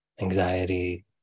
anxiety